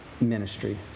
ministry